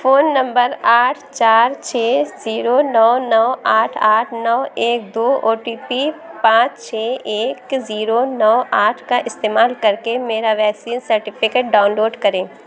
phone number آٹھ چار چھ زیرو نو نو آٹھ آٹھ نو ایک دو اور او ٹی پی پانچ چھ ایک زیرو نو آٹھ کا استعمال کر کے میرا ویکسین سرٹیفکیٹ ڈاؤن لوڈ کریں